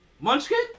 Munchkin